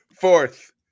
Fourth